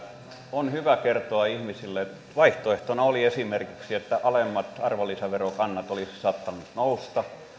on hyvä kertoa ihmisille että vaihtoehtona oli esimerkiksi että alemmat arvonlisäverokannat olisivat saattaneet nousta